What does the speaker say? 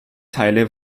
teile